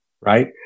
right